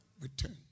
return